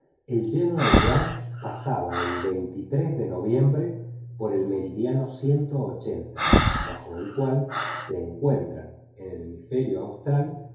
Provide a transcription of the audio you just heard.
el general grant pasaba el de noviembre por el meridiano bajo el cual se encuentran en el hemisferio austral